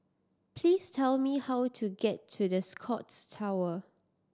please tell me how to get to The Scotts Tower